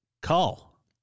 call